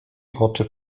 oczy